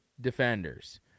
defenders